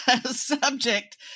subject